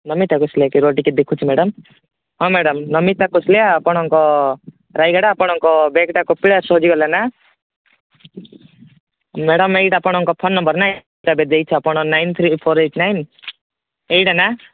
ନମିତା କୁସଲେକି ରୁହ ଟିକେ ଦେଖୁଛି ମ୍ୟାଡ଼ାମ୍ ହଁ ମ୍ୟାଡ଼ାମ୍ ନମିତା କୁସଲେ ଆପଣଙ୍କ ରାୟଗଡ଼ା ଆପଣଙ୍କ ବ୍ୟାଗ୍ଟା କପିଳାସରୁ ହଜିଗଲା ନା ମ୍ୟାଡ଼ାମ୍ ଏଇଟା ଆପଣଙ୍କ ଫୋନ୍ ନମ୍ବର୍ ନା ଏଇଟା ଏବେ ଦେଇଛେ ଆପଣ nine three four eight nine ଏଇଟା ନା